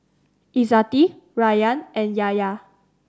Izzati Rayyan and Yahya